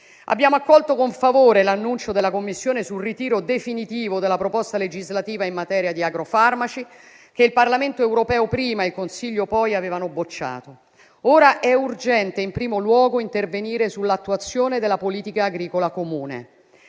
Abbiamo accolto con favore l'annuncio della Commissione di un ritiro definitivo della proposta legislativa in materia di agrofarmaci, che il Parlamento europeo prima ed il Consiglio poi, avevano bocciato. Ora è urgente, in primo luogo, intervenire sull'attuazione della Politica agricola comune.